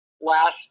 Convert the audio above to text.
last